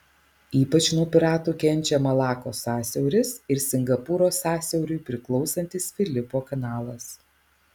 ypač nuo piratų kenčia malakos sąsiauris ir singapūro sąsiauriui priklausantis filipo kanalas